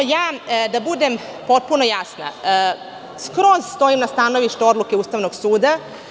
Da budem potpuno jasna, skroz stojim na stanovištu odluke Ustavnog suda.